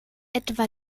etwa